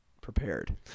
prepared